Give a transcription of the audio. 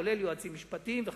לרבות יועצים משפטיים וכדומה.